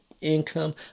income